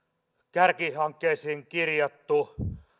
kärkihankkeisiin kirjattu